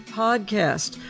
podcast